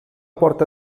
porta